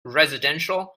residential